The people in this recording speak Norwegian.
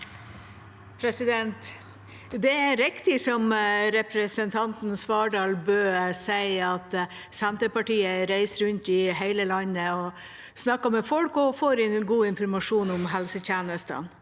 Det er riktig som re- presentanten Svardal Bøe sier, at Senterpartiet reiser rundt i hele landet og snakker med folk og får god informasjon om helsetjenestene.